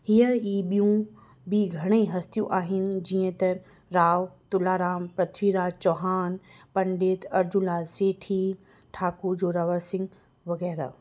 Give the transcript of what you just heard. हीअं ई ॿियूं बि घणे ई हस्तियूं आहिनि जीअं त राव तुलाराम पृथ्वीराज चौहान पंडित अर्जुनासिथी ठाकुर जोरावर सिंह वग़ैरह